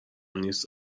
نیست